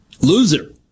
Loser